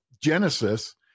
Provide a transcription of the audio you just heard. Genesis